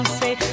say